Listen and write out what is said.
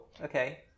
okay